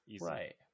Right